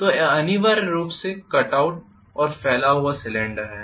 तो यह अनिवार्य रूप से कट आउट और फैला हुआ सिलेंडर है